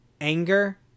anger